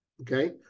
okay